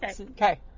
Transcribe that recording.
Okay